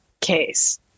case